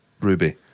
Ruby